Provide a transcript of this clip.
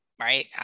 right